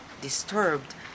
disturbed